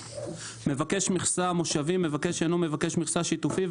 "מבקש מכסה מושבי" מבקש שאינו מבקש מכסה שיתופי,